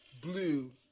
blue